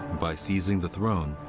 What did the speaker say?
by seizing the throne,